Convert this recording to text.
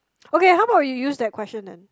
okay how about you use that question then